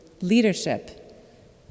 leadership